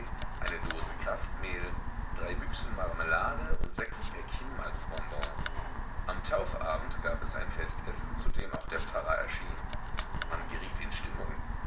eine dose kraftmehl drei büchsen marmelade und sechs päckchen malzbonbons am taufabend gab es ein festessen zu dem auch der pfarrer erschien man geriet in stimmung